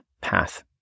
path